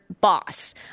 boss